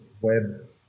web